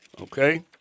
Okay